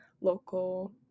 local